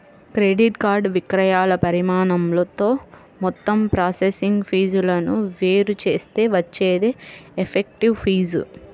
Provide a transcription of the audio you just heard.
credit card విక్రయాల పరిమాణంతో మొత్తం ప్రాసెసింగ్ ఫీజులను వేరు చేస్తే వచ్చేదే ఎఫెక్టివ్ ఫీజు